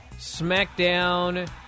SmackDown